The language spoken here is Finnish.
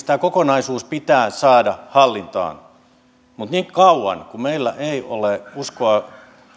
tämä kokonaisuus pitää saada hallintaan mutta niin kauan kuin meillä ei ole uskoa